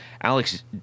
alex